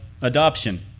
adoption